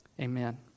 Amen